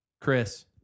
Chris